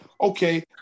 okay